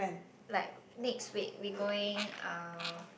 like next week we going uh